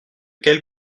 quelle